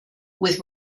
with